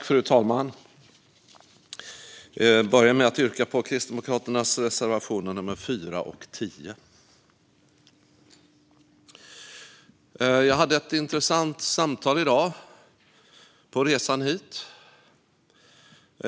Fru talman! Jag börjar med att yrka bifall till Kristdemokraternas reservationer nummer 4 och 10. Jag hade ett intressant samtal på resan hit i dag.